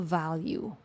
value